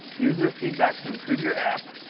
user feedback to improve your app,